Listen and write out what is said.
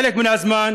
חלק מן הזמן,